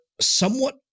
somewhat